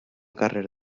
carrer